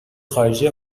خارجی